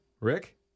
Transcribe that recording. Rick